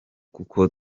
kuko